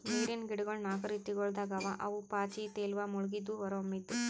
ನೀರಿನ್ ಗಿಡಗೊಳ್ ನಾಕು ರೀತಿಗೊಳ್ದಾಗ್ ಅವಾ ಅವು ಪಾಚಿ, ತೇಲುವ, ಮುಳುಗಿದ್ದು, ಹೊರಹೊಮ್ಮಿದ್